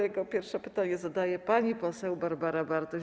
Jako pierwsza pytanie zadaje pani poseł Barbara Bartuś.